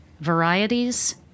varieties